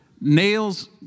nails